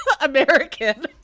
American